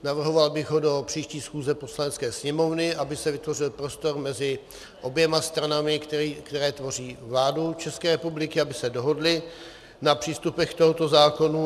Navrhoval bych ho do příští schůze Poslanecké sněmovny, aby se vytvořil prostor mezi oběma stranami, které tvoří vládu České republiky, aby se dohodly na přístupech k tomuto zákonu.